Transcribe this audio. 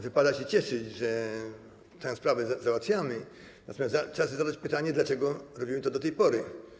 Wypada się cieszyć, że tę sprawę załatwiamy, natomiast trzeba sobie zadać pytanie, dlaczego robimy to do tej pory.